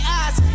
eyes